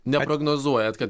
neprognozuojat kad